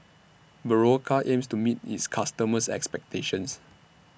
Berocca aims to meet its customers' expectations